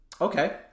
Okay